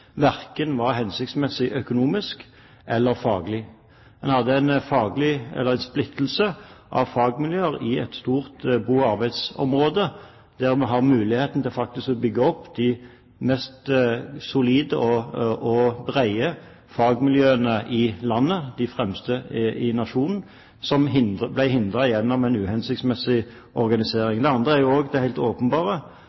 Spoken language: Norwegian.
var hensiktsmessig, verken økonomisk eller faglig. Man fikk en splittelse av fagmiljøer i et stort bo- og arbeidsområde, der vi har muligheten til å bygge opp de mest solide og brede fagmiljøene i landet – de fremste i nasjonen, som ble hindret gjennom en uhensiktsmessig